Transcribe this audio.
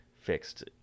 fixed